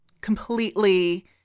Completely